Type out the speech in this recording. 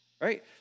right